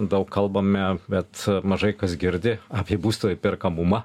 daug kalbame bet mažai kas girdi apie būsto įperkamumą